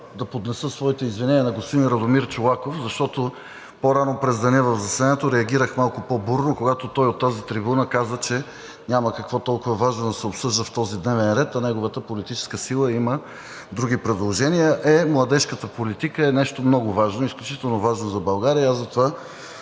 да поднеса своите извинения на господин Радомир Чолаков, защото по-рано през деня в заседанието реагирах малко по-бурно, когато той от тази трибуна каза, че няма какво толкова важно да се обсъжда в този дневен ред, а неговата политическа сила има други предложения. Е, младежката политика е нещо много важно, изключително важно за България и аз затова